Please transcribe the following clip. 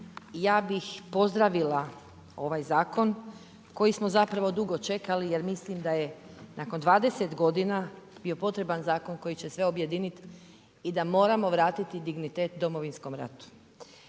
ja bih pozdravila ovaj zakon koji smo zapravo dugo čekali, jer mislim da je nakon 20 g. bio potreban zakon koji će sve objediniti i da moramo vratiti dignitet Domovinskom ratu.